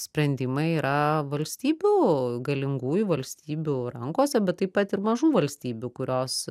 sprendimai yra valstybių galingųjų valstybių rankose bet taip pat ir mažų valstybių kurios